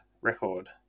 record